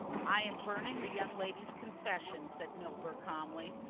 i am burning the young lady's confession, said milburgh calmly.